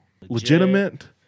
legitimate